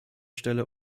stelle